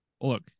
Look